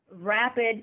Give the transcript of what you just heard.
rapid